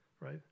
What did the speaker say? right